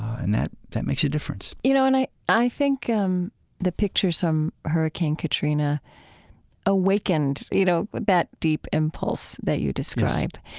and that that makes a difference you know, and i i think um the pictures from hurricane katrina awakened, you know, but that deep impulse that you described,